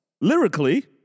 Lyrically